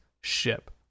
ship